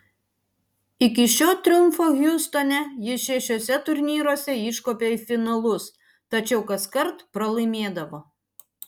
iki šio triumfo hjustone jis šešiuose turnyruose iškopė į finalus tačiau kaskart pralaimėdavo